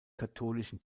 katholischen